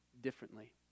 differently